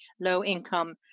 low-income